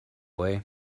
way